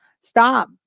stop